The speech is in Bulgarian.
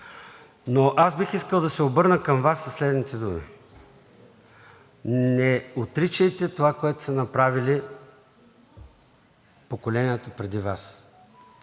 Аз бих искал да се обърна към Вас със следните думи: не отричайте това, което са направили поколенията преди Вас